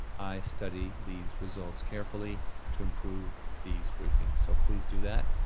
i study these results carefully to improve these briefing, so please do that.